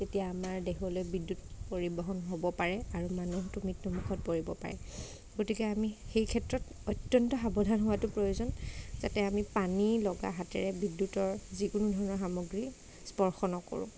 তেতিয়া আমাৰ দেহলৈ বিদ্যুৎ পৰিবহণ হ'ব পাৰে আৰু মানুহটো মৃত্যু মুখত পৰিব পাৰে গতিকে আমি সেই ক্ষেত্ৰত অত্যন্ত সাৱধান হোৱাটো প্ৰয়োজন যাতে আমি পানী লগা হাতেৰে বিদ্যুতৰ যিকোনো ধৰণৰ সামগ্ৰী স্পৰ্শ নকৰোঁ